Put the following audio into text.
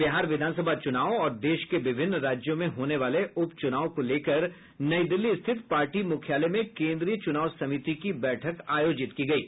बिहार विधानसभा चुनाव और देश के विभिन्न राज्यों में होने वाले उप चुनाव को लेकर नई दिल्ली स्थित पार्टी मुख्यालय में केन्द्रीय चूनाव समिति की बैठक आयोजित की गयी